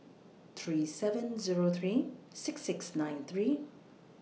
three seven Zero three six six nine three